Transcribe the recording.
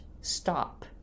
stop